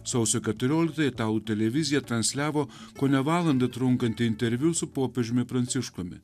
sausio keturioliktąją italų televizija transliavo kone valandą trunkantį interviu su popiežiumi pranciškumi